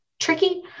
tricky